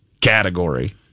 category